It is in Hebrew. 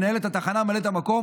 מנהלת התחנה ממלאת המקום,